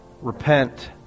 Repent